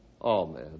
Amen